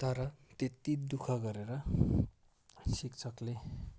तर त्यत्ति दुःख गरेर शिक्षकले